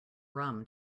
rum